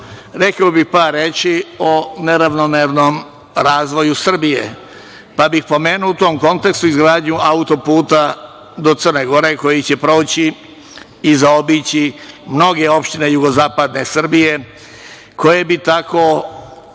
rekao bih par reči o neravnomernom razvoju Srbije pa bih spomenuo u tom kontekstu i izgradnju autoputa do Crne Gore koji će proći i zaobići mnoge opštine jugozapadne Srbije, koje bi se tako